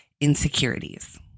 insecurities